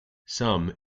some